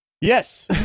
Yes